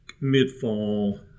mid-fall